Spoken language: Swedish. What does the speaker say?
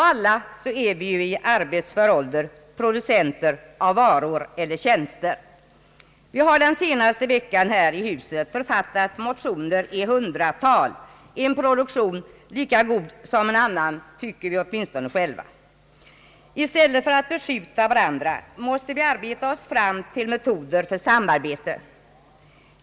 Alla är vi i arbetsför ålder producenter av varor och tjänster. Nu har den senaste veckan här i huset författats motioner i hundratal, en produktion lika god som någon annan, tycker vi åtminstone själva. I stället för att beskjuta varandra måste vi arbeta oss fram till metoder för samarbete.